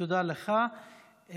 תודה לך.